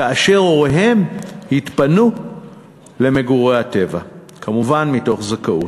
כאשר הוריהם התפנו למגורי הקבע, כמובן מתוך זכאות,